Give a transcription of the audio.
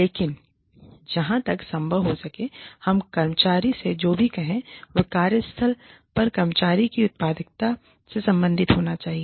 लेकिन जहां तक संभव हो हम कर्मचारी से जो भी कहें वह कार्यस्थल पर कर्मचारी की उत्पादकता से संबंधित होना चाहिए